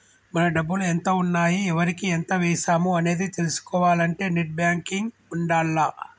మన డబ్బులు ఎంత ఉన్నాయి ఎవరికి ఎంత వేశాము అనేది తెలుసుకోవాలంటే నెట్ బ్యేంకింగ్ ఉండాల్ల